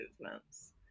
movements